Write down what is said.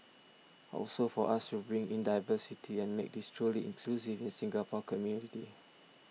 also for us to bring in diversity and make this truly inclusive in Singapore community